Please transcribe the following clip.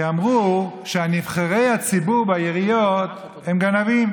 כי אמרו שנבחרי הציבור בעיריות הם גנבים,